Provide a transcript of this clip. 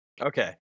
Okay